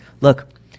look